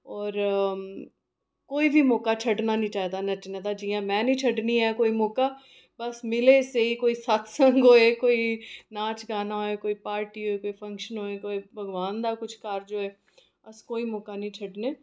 और कोई बी मौका छड्डना नेईं चाहिदा नच्चन दा जियां में नेईं छड्डनी आं कोई मौका बस मिले सेही कोई सत्संग होए कोई नाच गाना होए पार्टी होए कोई फंक्शन होए भगोआन दा किश कार्ज होए अस कोई मौका नेईं छड्डने